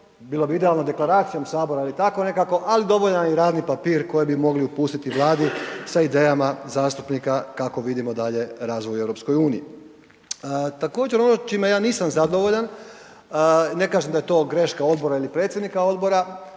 bila bi idealna deklaracijom HS ili tako nekako, ali dovoljan je i radni papir koji bi mogli pustiti Vladi sa idejama zastupnika kako vidimo dalje razvoj u EU. Također ono čime ja nisam zadovoljan, ne kažem da je to greška odbora ili predsjednika odbora,